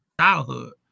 childhood